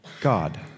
God